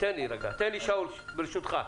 ------ תן רגע, שאול, ברשותך.